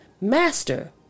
master